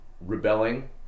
rebelling